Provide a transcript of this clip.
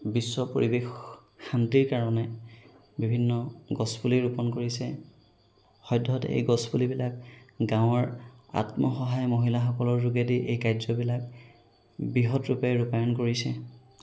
বিশ্ব পৰিৱেশ শান্তিৰ কাৰণে বিভিন্ন গছপুলি ৰোপণ কৰিছে সদ্যহতে এই গছপুলিবিলাক গাঁৱৰ আত্মসহায় মহিলাসকলৰ যোগেদি এই কাৰ্যবিলাক বৃহতৰূপে ৰূপায়ন কৰিছে